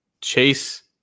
Chase